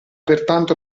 pertanto